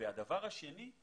הדבר השני הוא